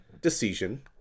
decision